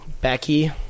Becky